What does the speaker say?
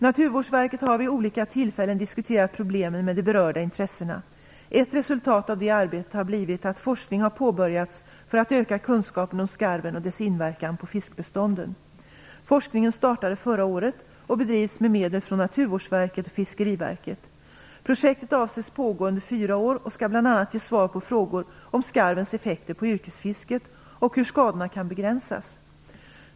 Naturvårdsverket har vid olika tillfällen diskuterat problemen med de berörda intressena. Ett resultat av det arbetet har blivit att forskning har påbörjats för att öka kunskapen om skarven och dess inverkan på fiskbestånden. Forskningen startade förra året och bedrivs med medel från Naturvårdsverket och Fiskeriverket. Projektet avses pågå under fyra år och skall bl.a. ge svar på frågor om skarvens effekter på yrkesfisket och hur skadorna kan begränsas.